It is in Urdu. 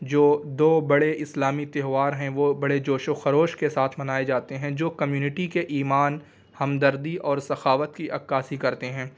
جو دو بڑے اسلامی تہوار ہیں وہ بڑے جوش و خروش کے ساتھ منائے جاتے ہیں جو کمیونٹی کے ایمان ہمدردی اور سخاوت کی عکاسی کرتے ہیں